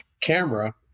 camera